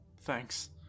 Thanks